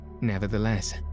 Nevertheless